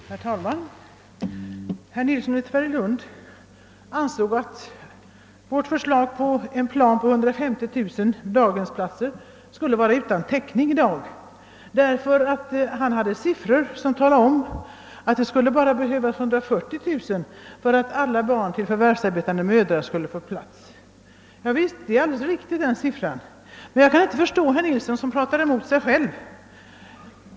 Herr talman! Herr Nilsson i Tvärålund ansåg att vårt förslag om utarbetande av en plan för 150 000 daghemsplatser skulle vara utan täckning i dag därför att han kunde redovisa siffror som ger vid handen att det bara behövs 140 000 daghemsplatser för att alla barn till förvärvsarbetande föräldrar skall få plats. Ja, den siffran är alldeles riktig, men jag kan inte förstå herr Nilsson som motsäger sig själv.